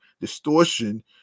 distortion